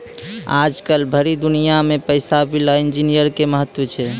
आजकल भरी दुनिया मे पैसा विला इन्जीनियर के महत्व छै